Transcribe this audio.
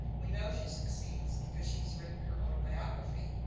we know she succeeds because she has written her autobiography.